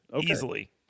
Easily